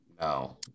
no